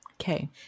Okay